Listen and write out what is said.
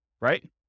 right